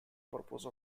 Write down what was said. purpose